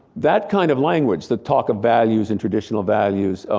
that kind of language, the talk of values and traditional values,